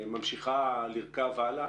ממשיכה לרכוב הלאה,